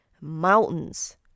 mountains